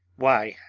why,